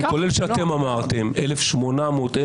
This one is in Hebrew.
כולל שאתם אמרתם: 1,800,